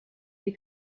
they